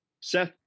Seth